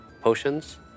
potions